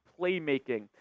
playmaking